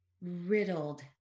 riddled